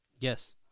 Yes